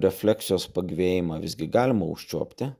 refleksijos pagyvėjimą visgi galima užčiuopti